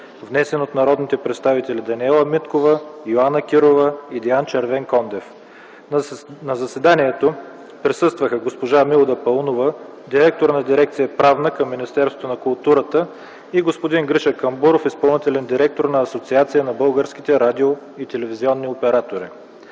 внесен от народните представители Даниела Миткова, Йоана Кирова и Диан Червенкондев. На заседанието присъстваха госпожа Милда Паунова – директор на дирекция „Правна” към Министерство на културата, и господин Гриша Камбуров – изпълнителен директор на Асоциация на българските радио и телевизионни оператори.